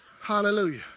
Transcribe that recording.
Hallelujah